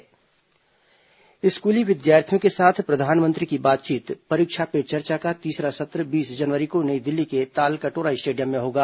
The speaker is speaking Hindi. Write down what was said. परीक्षा पे चर्चा स्कूली विद्यार्थियों के साथ प्रधानमंत्री की बातचीत परीक्षा पे चर्चा का तीसरा सत्र बीस जनवरी को नई दिल्ली के तालकटोरा स्टेडियम में होगा